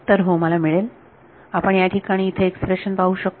तर हो मला मिळेल आपण या ठिकाणी इथे एक्सप्रेशन पाहू शकतो